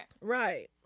Right